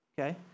okay